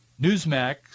Newsmax